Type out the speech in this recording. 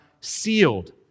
sealed